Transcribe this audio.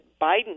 Biden